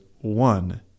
one